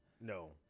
No